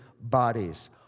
bodies